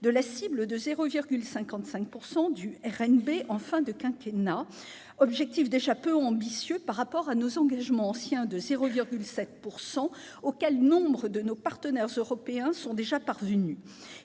de la cible de 0,55 % du RNB en fin de quinquennat, objectif déjà peu ambitieux par rapport à nos engagements anciens de 0,7 %, auxquels nombre de nos partenaires européens sont déjà parvenus.